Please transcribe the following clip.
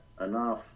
enough